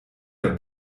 der